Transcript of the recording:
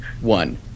One